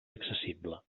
accessible